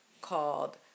called